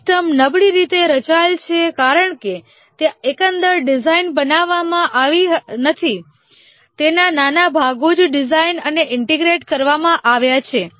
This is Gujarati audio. સિસ્ટમ નબળી રીતે રચાયેલ છે કારણ કે ત્યાં એકંદર ડિઝાઇન બનાવવામાં આવી નથી તેના નાના ભાગો જ ડિઝાઇન અને ઇન્ટિગ્રેટ કરવામાં આવ્યા છે